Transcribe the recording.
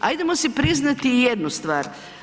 Ajdemo si priznati jednu stvar.